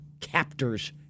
captors